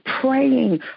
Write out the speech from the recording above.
praying